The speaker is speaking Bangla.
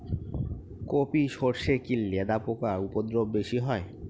কোপ ই সরষে কি লেদা পোকার উপদ্রব বেশি হয়?